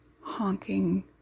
honking